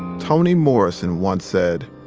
toni morrison once said,